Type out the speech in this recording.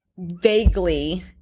vaguely